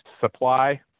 supply